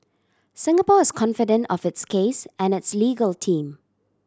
Singapore is confident of its case and its legal team